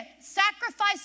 Sacrifice